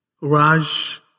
Raj